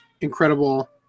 incredible